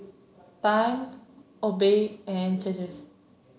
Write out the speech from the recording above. Time Obey and